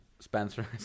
Spencer